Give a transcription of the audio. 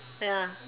ya